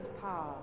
power